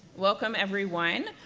welcome everyone.